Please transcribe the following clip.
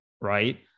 Right